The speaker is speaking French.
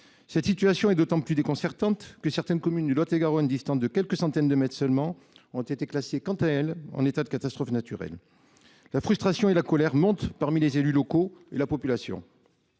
Cette situation est d’autant plus déconcertante que certaines communes de Lot-et-Garonne, distantes de quelques centaines de mètres seulement, ont été classées, quant à elles, en état de catastrophe naturelle. La frustration et la colère montent parmi les élus locaux et la population.